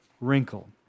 wrinkle